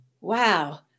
Wow